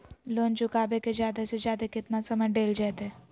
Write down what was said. Loan चुकाबे के जादे से जादे केतना समय डेल जयते?